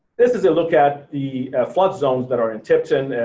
this is a look at the flood zones that are in tipton,